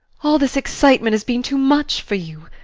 all this excitement has been too much for you.